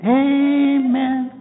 amen